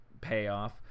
payoff